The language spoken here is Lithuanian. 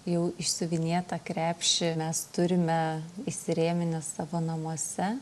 jau išsiuvinėtą krepšį mes turime įsirėminę savo namuose